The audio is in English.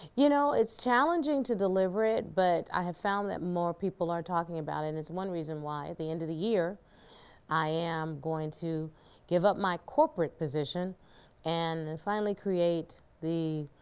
you know, it's challenging to deliver it, but i have found that more people are talking about it and it's one reason why at the end of the year i am going to give up my corporate position and finally create the